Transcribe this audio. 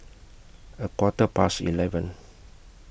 A Quarter Past eleven